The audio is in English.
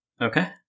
Okay